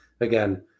again